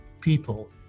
people